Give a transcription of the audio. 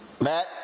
Matt